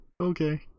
Okay